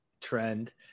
trend